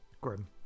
Grim